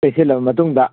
ꯇꯩꯁꯤꯜꯂꯕ ꯃꯇꯨꯡꯗ